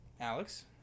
Alex